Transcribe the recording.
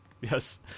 yes